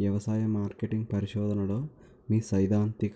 వ్యవసాయ మార్కెటింగ్ పరిశోధనలో మీ సైదాంతిక